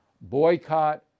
Boycott